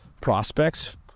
prospects